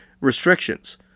restrictions